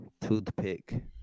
toothpick